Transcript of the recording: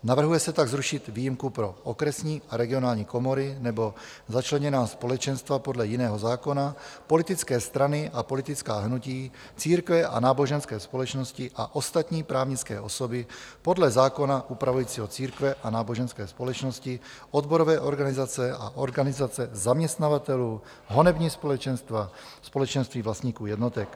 Navrhuje se tak zrušit výjimku pro okresní a regionální komory nebo začleněná společenstva podle jiného zákona, politické strany a politická hnutí, církve a náboženské společnosti a ostatní právnické osoby podle zákona upravujícího církve a náboženské společnosti, odborové organizace a organizace zaměstnavatelů, honební společenstva, společenství vlastníků jednotek.